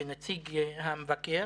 ונציג המבקר,